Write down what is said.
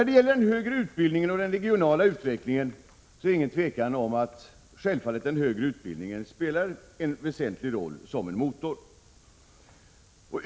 Beträffande den högre utbildningen och den regionala utvecklingen är det inget tvivel om att den högre utbildningen självfallet spelar en väsentlig roll som en motor.